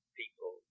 people